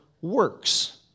works